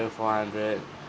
four hundred